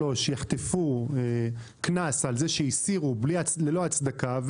שלוש יחטפו קנס על זה שהסירו בלי הצדקה,